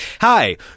hi